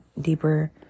deeper